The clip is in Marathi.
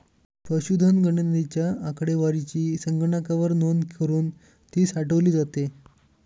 पशुधन गणनेच्या आकडेवारीची संगणकावर नोंद करुन ती साठवली जाते